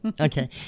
Okay